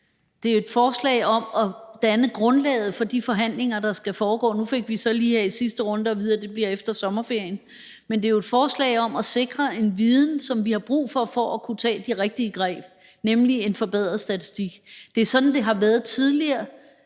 Det er jo et forslag om at danne grundlaget for de forhandlinger, der skal foregå. Nu fik vi så lige her i sidste runde at vide, at det bliver efter sommerferien. Men det er jo et forslag om at sikre en viden, som vi har brug for, for at kunne tage de rigtige greb, nemlig en forbedret statistik. Det er sådan, det har været tidligere.